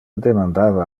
demandava